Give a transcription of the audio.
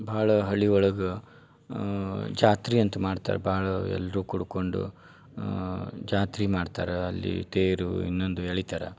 ಭಾಳ ಹಳ್ಳಿ ಒಳಗೆ ಜಾತ್ರೆ ಅಂತ ಮಾಡ್ತಾರೆ ಭಾಳ ಎಲ್ಲರೂ ಕೂಡ್ಕೊಂಡು ಜಾತ್ರಿ ಮಾಡ್ತಾರೆ ಅಲ್ಲಿ ತೇರು ಇನ್ನೊಂದು ಎಳಿತಾರೆ